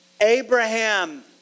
Abraham